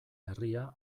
herria